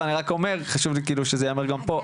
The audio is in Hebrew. לא אני רק אומר חשוב לי גם שזה יאמר גם פה,